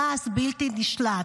כעס בלתי נשלט,